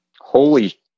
Holy